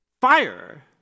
Fire